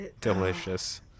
Delicious